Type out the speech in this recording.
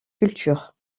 culture